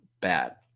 Bad